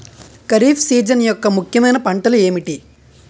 Kharif season యెక్క ముఖ్యమైన పంటలు ఏమిటీ?